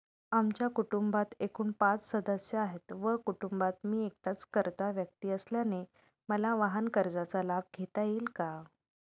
आमच्या कुटुंबात एकूण पाच सदस्य आहेत व कुटुंबात मी एकटाच कर्ता व्यक्ती असल्याने मला वाहनकर्जाचा लाभ घेता येईल का?